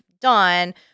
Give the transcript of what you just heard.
done